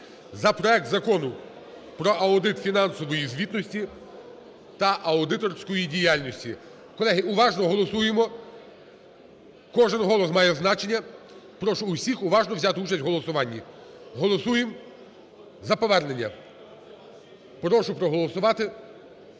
за проект Закону про аудит фінансової звітності та аудиторську діяльність. Колеги, уважно голосуємо, кожен голос має значення. Прошу усіх уважно взяти участь в голосуванні. Голосуємо за повернення. Прошу проголосувати,